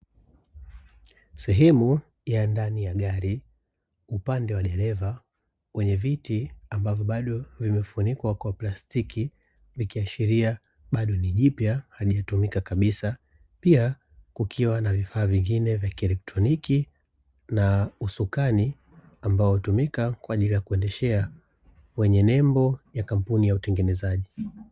Sehemu ya ndani ya gari upande wa dereva yenye viti ambavyo bado vimefunikwa kwa plastiki, ikiashiria bado ni jipya halijatumika kabisa, pia kukiwa na vifaa vingine vya kieletroniki, na usukani ambao hutumika kwa ajili ya kuendeshea, wenye nembo ya kampuni ya utengenezaji.